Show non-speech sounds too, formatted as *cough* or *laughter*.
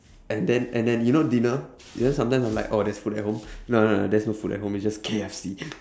and then and then you know dinner you know sometimes I'm like oh there's food at home *breath* no no there's no food at home it's just K_F_C *breath*